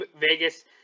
Vegas